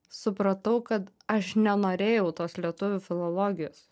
supratau kad aš nenorėjau tos lietuvių filologijos